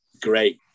great